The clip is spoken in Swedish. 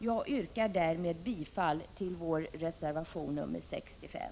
Jag yrkar bifall till reservation 65.